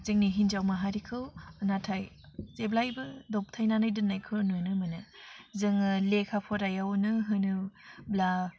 जोंनि हिन्जाव माहारिखौ नाथाय जेब्लायबो दबथायनानै दोन्नायखौ नुनो मोनो जोङो लेखा फरायावनो होनोब्ला